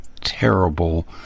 terrible